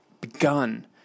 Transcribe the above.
begun